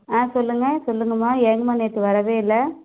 ஆ சொல்லுங்கள் சொல்லுங்கம்மா ஏங்கம்மா நேற்று வரவே இல்லை